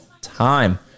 time